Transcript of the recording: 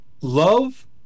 Love